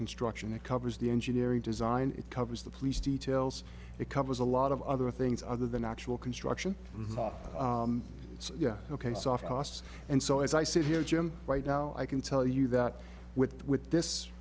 construction it covers the engineering design it covers the police details it covers a lot of other things other than actual construction yeah ok soft costs and so as i sit here jim right now i can tell you that with with this